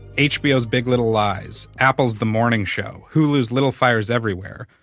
hbo's big little lies, apple's the morning show, hulu's little fires everywhere,